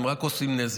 הם רק עושים נזק.